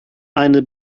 eine